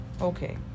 Okay